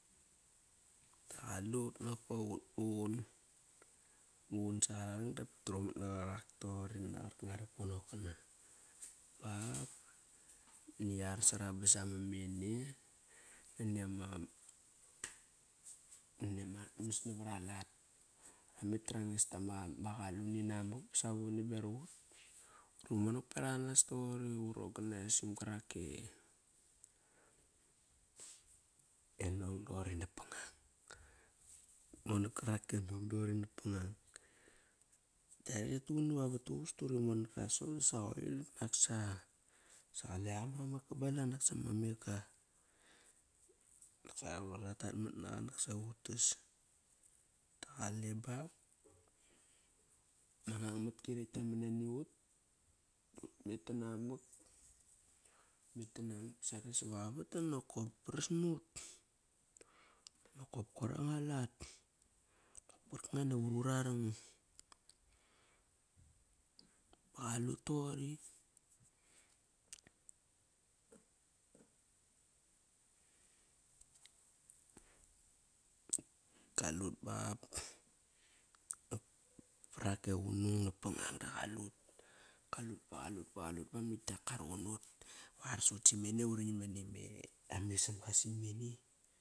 Da qalut nokop ut muqun. Utmuqun sangara rang dap ti trumat naqarak toqori na qar kanga ara ponok kara, bap. Na are sara ba samamene nani ama, nani amat mas navar alat. Ramet ba ranges tama qalun inamak ba savone beraq qut, duri monak bevak anas toqori uroganise sam garak e, enong doqori napangang. Ut monak karak e nang doqori napangang. Tare rituqun iva vat duququs duri monak ka sop disa qoir nak sa, sa qale qa mara ma kabala naksa ma mega. Naksa ratat mat naqa naksa vutas. Da qale bap, ma ngang matki rekt kiaman naniut, dut met tanamak. Ut met ta namat sare sa vavat da nokop pras nut. Nakop koir anga lat. Kar nga navurarang. Ba qalut toqori. Kalut bap par ak ke qunung napangang da qalut. Kalut ba qalut ba qalut nakt tak ka ruqun nut va arsut simene uri nam nani me ama isamga simene.